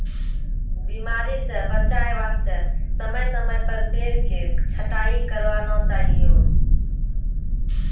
बीमारी स बचाय वास्तॅ समय समय पर पेड़ के छंटाई करवाना चाहियो